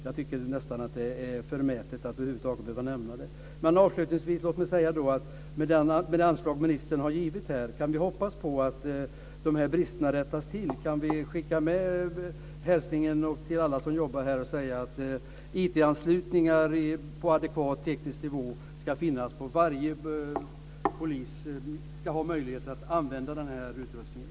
Jag tycker nästan att det är förmätet att över huvud taget behöva nämna det. Jag undrar avslutningsvis om vi i och med det anslag ministern har givit här kan hoppas på att de här bristerna rättas till. Kan vi skicka med den hälsningen till alla som jobbar med det här och säga att IT anslutningar på adekvat teknisk nivå ska finnas och att varje polis ska ha möjligheter att använda den här utrustningen?